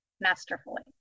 masterfully